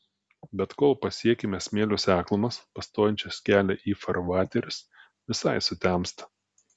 bet kol pasiekiame smėlio seklumas pastojančias kelią į farvaterius visai sutemsta